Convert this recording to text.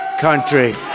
country